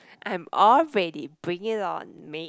I am all ready bring it on mate